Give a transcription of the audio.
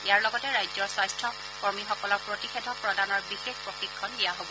ইয়াৰ লগতে ৰাজ্যৰ স্বাস্থকৰ্মীসকলক প্ৰতিষেধক প্ৰদানৰ বিশেষ প্ৰশিক্ষণ দিয়া হব